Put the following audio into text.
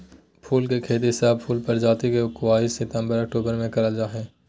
फूल के खेती, सब फूल प्रजाति के बुवाई सितंबर अक्टूबर मे करल जा हई